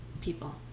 people